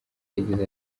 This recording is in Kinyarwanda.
yagize